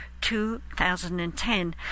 2010